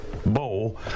Bowl